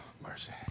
mercy